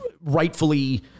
rightfully